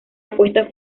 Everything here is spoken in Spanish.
apuesta